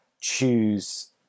choose